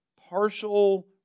partial